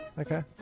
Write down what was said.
Okay